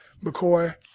McCoy